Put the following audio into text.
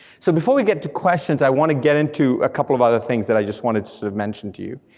so before we get to questions, i want to get into couple of other things that i just wanted to sort of mention to you.